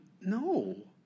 No